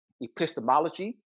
epistemology